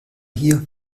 hier